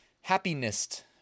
Happiness